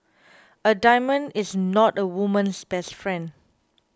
a diamond is not a woman's best friend